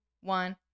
one